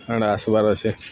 ହେଟା ଆସ୍ବାର୍ ଅଛେ